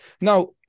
Now